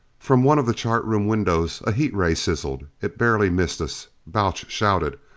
from one of the chart room windows a heat ray sizzled. it barely missed us. balch shouted,